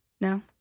No